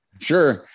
sure